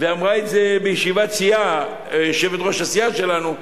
ואמרה את זה בישיבת הסיעה יושבת-ראש הסיעה שלנו.